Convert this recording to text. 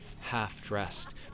half-dressed